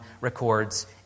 records